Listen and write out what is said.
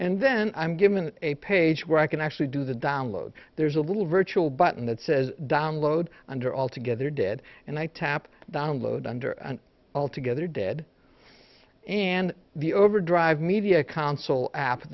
and then i'm given a page where i can actually do the download there's a little virtual button that says download under altogether dead and i tap download under an altogether dead and the overdrive media console a